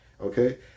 Okay